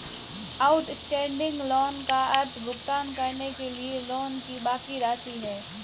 outstanding loan का अर्थ भुगतान करने के लिए लोन की बाकि राशि है